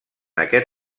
aquest